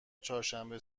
چهارشنبه